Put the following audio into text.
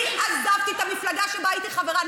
אני אומרת: אני עזבתי את המפלגה שבה הייתי חברה.